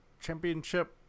Championship